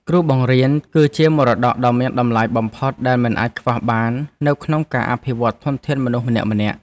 គ្រូបង្រៀនគឺជាមរតកដ៏មានតម្លៃបំផុតដែលមិនអាចខ្វះបាននៅក្នុងការអភិវឌ្ឍន៍ធនធានមនុស្សម្នាក់ៗ។